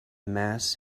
mass